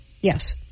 Yes